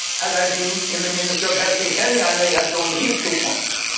had i been in the ministry of health in kenya, i may have joined these two points.